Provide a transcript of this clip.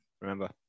remember